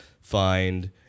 find